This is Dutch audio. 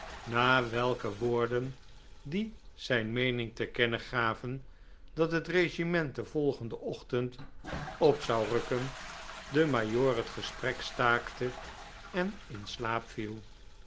na welke woorden die zijn meening te kennen gaven dat het regiment den volgenden ochtend op zou rukken de majoor het gesprek staakte en in slaap viel